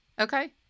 Okay